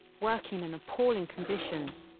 working in appalling conditions,